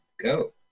go